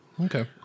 Okay